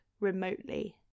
remotely